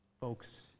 folks